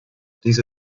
diese